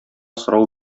сорау